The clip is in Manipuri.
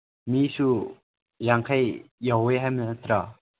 ꯃꯤꯁꯨ ꯌꯥꯡꯈꯩ ꯌꯧꯋꯦ ꯍꯥꯏꯕ ꯅꯠꯇ꯭ꯔꯥ